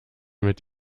mit